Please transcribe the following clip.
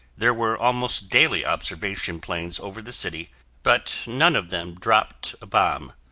there were almost daily observation planes over the city but none of them dropped a bomb.